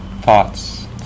thoughts